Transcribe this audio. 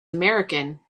american